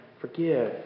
forgive